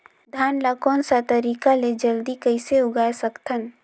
धान ला कोन सा तरीका ले जल्दी कइसे उगाय सकथन?